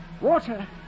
Water